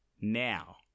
now